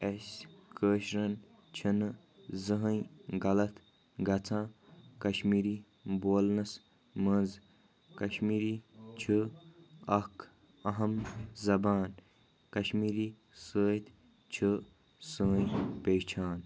اَسہِ کٲشرٮ۪ن چھَنہٕ زٕہٕنۍ غلط گژھان کشمیٖری بولنَس منٛز کشمیٖری چھِ اَکھ اہم زبان کشمیٖری سۭتۍ چھِ سٲنۍ پیٚہچان